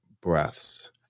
breaths